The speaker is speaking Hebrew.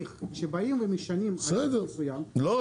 יש הליך שבאים ומשנים הליך מסוים --- לא,